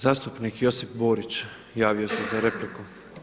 Zastupnik Josip Borić javio se za repliku.